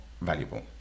valuable